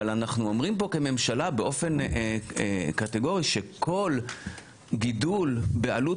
אבל אנחנו אומרים פה כממשלה באופן קטגורי שכל גידול בעלות